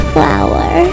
Flower